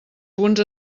punts